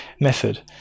method